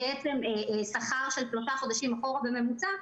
עם שכר של שלושה חודשים אחורה בממוצע,